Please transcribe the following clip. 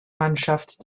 mannschaft